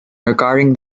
regarding